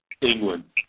England